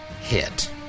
hit